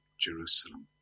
Jerusalem